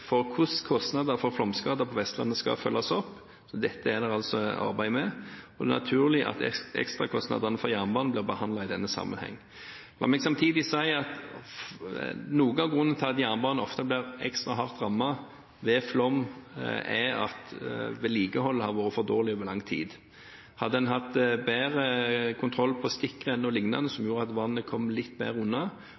for hvordan kostnader for flomskader på Vestlandet skal følges opp, så dette blir det altså arbeidet med, og det er naturlig at ekstrakostnadene for jernbanen blir behandlet i denne sammenheng. La meg samtidig si at noe av grunnen til at jernbane ofte blir ekstra hardt rammet ved flom, er at vedlikeholdet har vært for dårlig over lang tid. Hadde en hatt bedre kontroll på stikkrenner o.l. – som